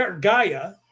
Gaia